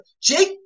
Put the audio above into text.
Jake